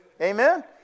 Amen